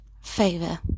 favor